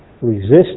resist